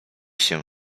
się